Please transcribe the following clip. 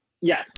Yes